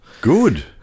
Good